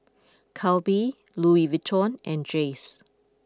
Calbee Louis Vuitton and Jays